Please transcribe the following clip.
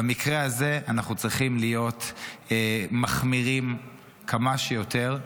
במקרה הזה אנחנו צריכים להיות מחמירים כמה שיותר,